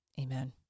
Amen